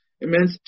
immense